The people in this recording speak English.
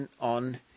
on